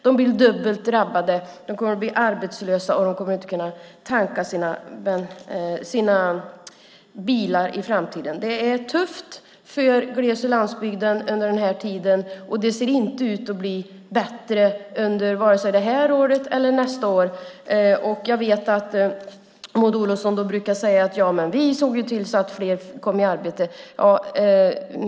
De blir dubbelt drabbade; de kommer att bli arbetslösa, och de kommer inte att kunna tanka sina bilar i framtiden. Det är tufft för gles och landsbygden under den här tiden, och det ser inte ut att bli bättre under vare sig det här året eller nästa år. Jag vet att Maud Olofsson brukar säga att de såg till att fler kom i arbete.